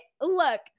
look